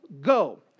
go